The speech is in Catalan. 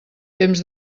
temps